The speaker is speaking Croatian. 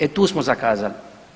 E, tu smo zakazali.